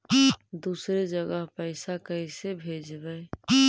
दुसरे जगह पैसा कैसे भेजबै?